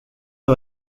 del